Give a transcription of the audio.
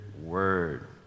word